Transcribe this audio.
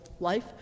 life